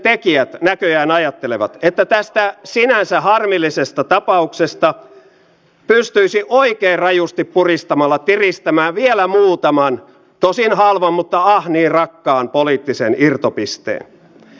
sisäisen turvallisuuden ohjelmassa on aihioita liittyen turvalliseen elämään myös iäkkäänä ja siitä tulee antaa myös hallitukselle kiitosta mutta jatkossa edelleenkin kohdistaa tähän katsetta